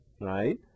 right